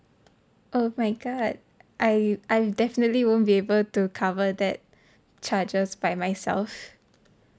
oh my god I I'm definitely won't be able to cover that charges by myself